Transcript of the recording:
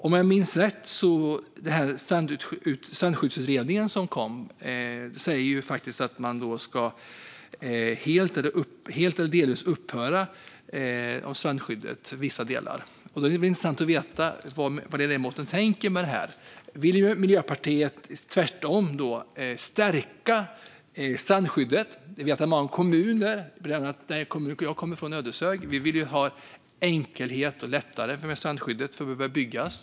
Om jag minns rätt föreslog Strandskyddsutredningen att vissa delar av strandskyddet ska upphöra helt eller delvis. Därför skulle det vara intressant att få höra vad ledamoten tänker. Vill Miljöpartiet tvärtom stärka strandskyddet? Jag vet att många kommuner, bland annat min hemkommun Ödeshög, vill ha enkelhet och lätta på strandskyddet eftersom det behöver byggas.